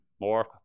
more